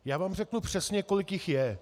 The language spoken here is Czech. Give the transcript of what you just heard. Já vám řeknu přesně, kolik jich je.